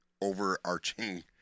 overarching